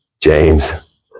James